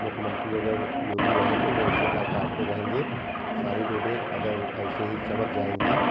मुख्यमंत्री अगर योगी रहेंगे तो ऐसे काटते रहेंगे सारी रोडे अगर ऐसे ही चमक जाएँगी